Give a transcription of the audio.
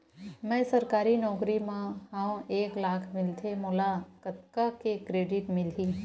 मैं सरकारी नौकरी मा हाव एक लाख मिलथे मोला कतका के क्रेडिट मिलही?